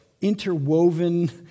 interwoven